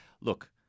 look